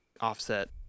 offset